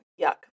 Yuck